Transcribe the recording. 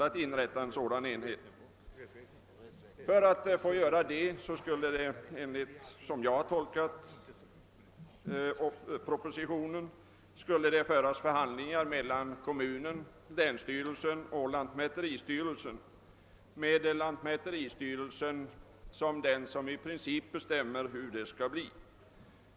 För att kommunen skulle få göra det skulle det, om jag har tolkat propositionen rätt, föras förhandlingar mellan kommunen, länsstyrelsen och lantmäteristyrelsen, men lantmäteristyrelsen skulle i princip bestämma hur det skall bli.